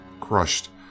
crushed